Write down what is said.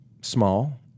small